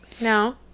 no